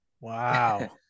Wow